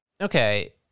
Okay